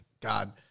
God